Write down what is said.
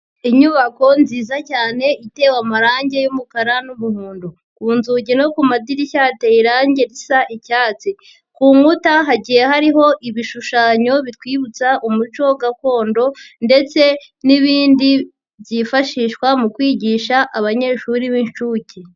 Inyubako nziza cyane itewe amarange y'umukara n'umuhondo, ku nzugi no ku madirishya hateye irange risa icyatsi, ku nkuta hagiye hariho ibishushanyo bitwibutsa umuco gakondo ndetse n'ibindi byifashishwa mu kwigisha abanyeshuri b'inshuke.